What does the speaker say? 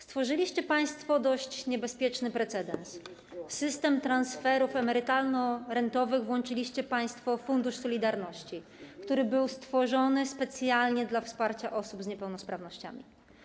Stworzyliście państwo dość niebezpieczny precedens: system transferów emerytalno-rentowych włączyliście państwo w fundusz solidarności, który był stworzony specjalnie dla wsparcia osób z niepełnosprawnościami.